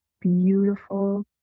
beautiful